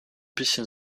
bisschen